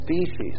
species